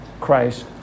Christ